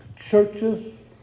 churches